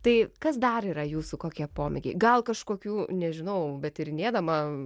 tai kas dar yra jūsų kokie pomėgiai gal kažkokių nežinau be tyrinėdama